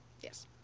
Yes